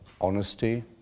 honesty